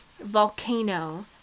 volcano